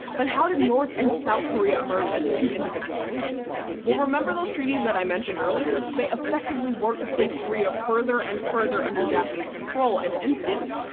but how did north korea and south korea emerge as two individual nations? well remember those treaties that i mentioned earlier? they effectively worked to place korea further and further under japanese control and influence.